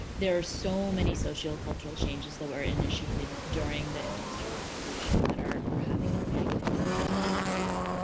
there are so many sociocultural changes that were initiated during the industrial revolution that are having a negative impact on our mental health.